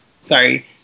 Sorry